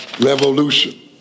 revolution